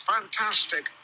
fantastic